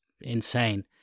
insane